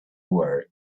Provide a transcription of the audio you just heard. work